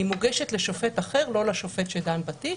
והיא מוגשת לשופט אחר, לא לשופט שדן בתיק,